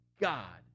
God